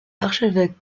archevêque